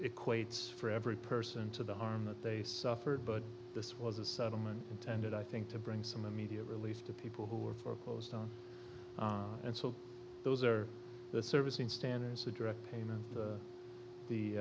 equates for every person to the harm that they suffered but this was a settlement intended i think to bring some immediate relief to people who were foreclosed on and so those are the servicing standards of direct payment